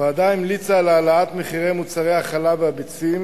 הוועדה המליצה על העלאת מחירי מוצרי החלב והביצים